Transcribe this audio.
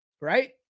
right